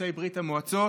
ליוצאי ברית המועצות